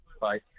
bye